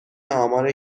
آمار